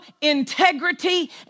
integrity